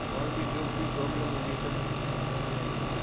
और भी जो भी प्रॉब्लेम होगी सब करवाना है मेरे को